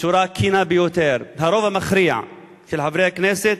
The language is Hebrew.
בצורה הכנה ביותר, הרוב המכריע של חברי הכנסת,